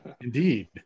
Indeed